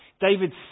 David